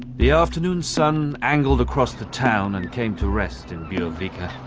the afternoon sun angled across the town and came to rest in bjorvika,